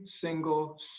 single